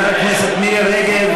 חברת הכנסת מירי רגב,